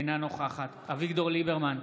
אינה נוכחת אביגדור ליברמן,